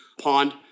pond